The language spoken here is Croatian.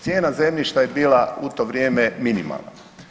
Cijena zemljišta je bila u to vrijeme minimalna.